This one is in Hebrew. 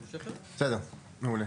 בסדר, מעולה.